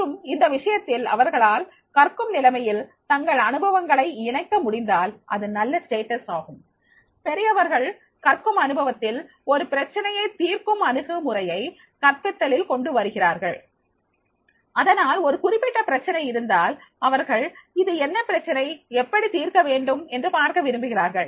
மற்றும் இந்த விஷயத்தில் அவர்களால் கற்கும் நிலைமையில் தங்கள் அனுபவங்களை இணைக்க முடிந்தால் அது நல்ல அந்தஸ்து ஆகும் பெரியவர்கள் கற்கும் அனுபவத்தில் ஒரு பிரச்சனையை தீர்க்கும் அணுகுமுறையை கற்பித்தலில் கொண்டுவருகிறார்கள் அதனால் ஒரு குறிப்பிட்ட பிரச்சினை இருந்தால் அவர்கள் இது என்ன பிரச்சனை எப்படி தீர்க்க வேண்டும் என்று பார்க்க விரும்புகிறார்கள்